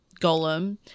golem